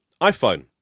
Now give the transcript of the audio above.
iPhone